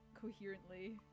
coherently